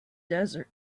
desert